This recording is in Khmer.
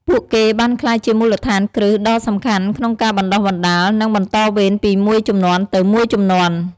ពួកគេបានក្លាយជាមូលដ្ឋានគ្រឹះដ៏សំខាន់ក្នុងការបណ្តុះបណ្តាល និងបន្តវេនពីមួយជំនាន់ទៅមួយជំនាន់ ។